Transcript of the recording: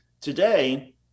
today